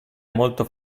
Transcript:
molto